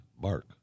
Mark